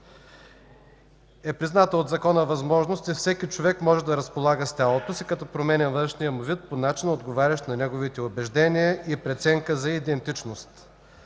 е призната от закона възможност и всеки човек може да разполага с тялото си като променя външния му вид по начин, отговарящ на неговите убеждения и преценка за идентичност.